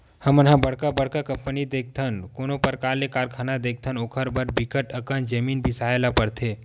हमन ह बड़का बड़का कंपनी देखथन, कोनो परकार के कारखाना देखथन ओखर बर बिकट अकन जमीन बिसाए ल परथे